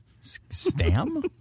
Stam